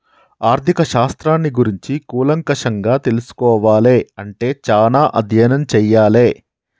ఆర్ధిక శాస్త్రాన్ని గురించి కూలంకషంగా తెల్సుకోవాలే అంటే చానా అధ్యయనం చెయ్యాలే